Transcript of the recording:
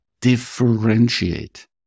differentiate